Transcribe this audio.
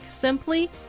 Simply